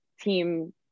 team